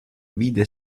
vide